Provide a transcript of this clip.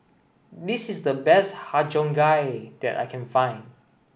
this is the best Har Cheong Gai that I can find